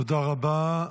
תודה רבה.